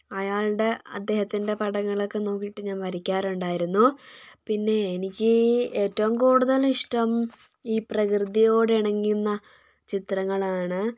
അയാളുടെ അദ്ദേഹത്തിൻ്റെ പടങ്ങളൊക്കെ നോക്കിയിട്ട് ഞാൻ വരയ്ക്കാറുണ്ടായിരുന്നു പിന്നെ എനിക്ക് ഏറ്റവും കൂടുതൽ ഇഷ്ടം ഈ പ്രകൃതിയോട് ഇണങ്ങുന്ന ചിത്രങ്ങൾ ആണ്